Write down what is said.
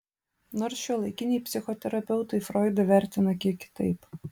nors šiuolaikiniai psichoterapeutai froidą vertina kiek kitaip